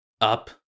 up